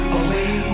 away